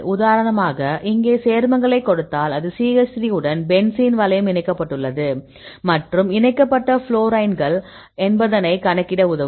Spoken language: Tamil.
உதாரணமாக இங்கே சேர்மங்களை கொடுத்தால் இது CH3 உடன் பென்சீன் வளையம் இணைக்கப்பட்டுள்ளது மற்றும் இணைக்கப்பட்ட ஃப்ளோரைன்கள் என்பதனை கணக்கிட உதவும்